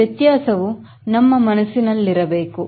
ಈ ವ್ಯತ್ಯಾಸವು ನಮ್ಮ ಮನಸ್ಸಿನಲ್ಲಿರಬೇಕು